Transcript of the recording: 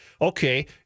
Okay